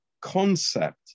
concept